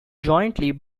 jointly